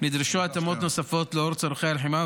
נדרשו התאמות נוספות לנוכח צורכי הלחימה,